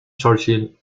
churchill